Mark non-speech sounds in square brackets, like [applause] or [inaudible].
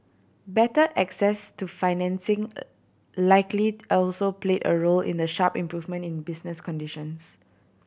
better access to financing [hesitation] likely also played a role in the sharp improvement in business conditions